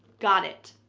got it.